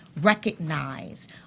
recognize